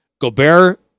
Gobert